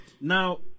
Now